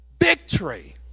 victory